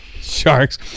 sharks